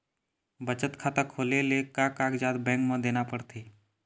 बचत खाता खोले ले का कागजात बैंक म देना पड़थे?